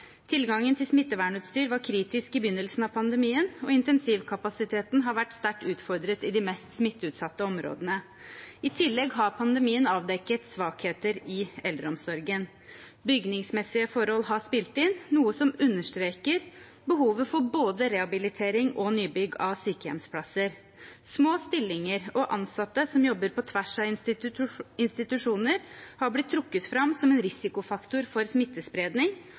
Tilgangen til smittevernutstyr var kritisk i begynnelsen av pandemien, og intensivkapasiteten har vært sterkt utfordret i de mest smitteutsatte områdene. I tillegg har pandemien avdekket svakheter i eldreomsorgen. Bygningsmessige forhold har spilt inn, noe som understreker behovet for både rehabilitering og nybygg av sykehjemsplasser. Små stillinger og ansatte som jobber på tvers av institusjoner, har blitt trukket fram som en risikofaktor for smittespredning